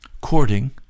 courting